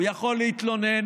הוא יכול להתלונן,